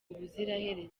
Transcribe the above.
ubuziraherezo